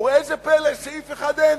וראה זה פלא, סעיף אחד אין,